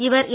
இவர் என்